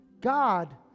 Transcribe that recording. God